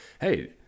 Hey